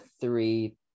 three